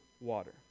water